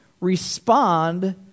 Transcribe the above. respond